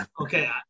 Okay